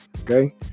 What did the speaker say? Okay